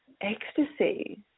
ecstasy